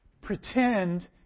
pretend